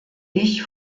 ich